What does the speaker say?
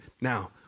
Now